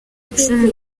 icumi